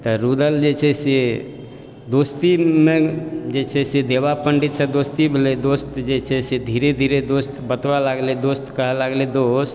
तऽ रुदल जे छै से दोस्तीमे जे छै से देवा पण्डित सॅं दोस्ती भेलै दोस्त जे छै से धीरे धीरे दोस्त बतबऽ लागलै कहय लागलै दोस्त